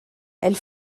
elles